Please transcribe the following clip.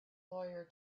lawyer